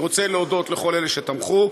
אני רוצה להודות לכל אלה שתמכו.